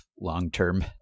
long-term